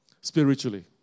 Spiritually